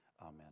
amen